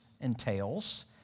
entails